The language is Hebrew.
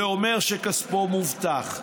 זה אומר שכספו מובטח.